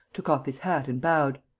took off his hat and bowed.